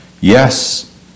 Yes